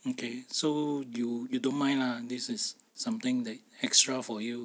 okay so you you don't mind lah this is something that extra for you